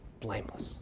blameless